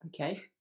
okay